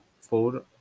four